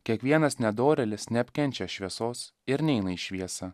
kiekvienas nedorėlis neapkenčia šviesos ir neina į šviesą